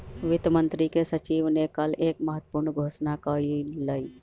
वित्त मंत्री के सचिव ने कल एक महत्वपूर्ण घोषणा कइलय